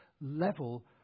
level